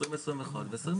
בשנים 2021 ו-2020.